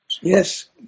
yes